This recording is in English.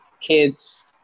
kids